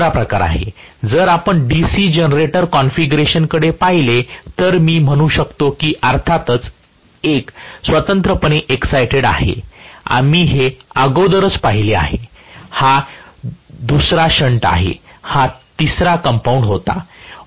हा दुसरा प्रकार आहे जर आपण डीसी जनरेटर कॉन्फिगरेशनकडे पाहिले तर मी म्हणू शकतो अर्थातच एक स्वतंत्रपणे एक्साईटेड आहे आम्ही हे अगोदरच पाहिले आहे आणि दुसरा शंट आहे तिसरा कंपाऊंड होता